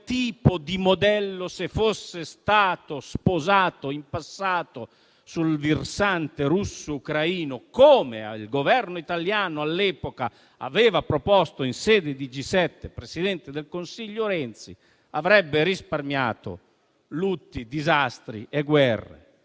tipo di modello fosse stato sposato in passato sul versante russo-ucraino, come il Governo italiano all'epoca aveva proposto in sede di G7 (il Presidente del Consiglio era Renzi), avrebbe risparmiato lutti, disastri e guerre.